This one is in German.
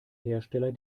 hersteller